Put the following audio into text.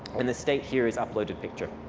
and the state here is uploaded picture.